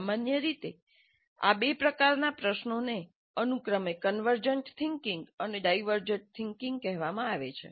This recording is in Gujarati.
સામાન્ય રીતે આ બે પ્રકારના પ્રશ્નોને અનુક્રમે કન્વર્જન્ટ થિંકિંગ અને ડાયવર્જન્ટ થિંકિંગ કહેવામાં આવે છે